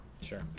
sure